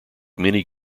many